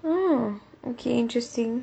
oh okay interesting